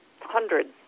hundreds